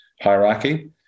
hierarchy